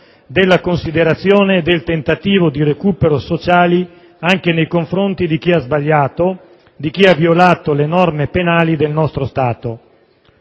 della considerazione e del tentativo di recupero sociali anche nei confronti di chi ha sbagliato, di chi ha violato le norme penali del nostro Stato.